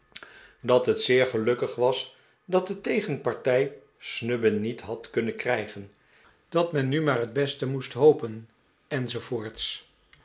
dat het zeer gelukkig was dat de tegenpartij snubbin niet had kunnen krijgen dat men nu maar het beste moest hopen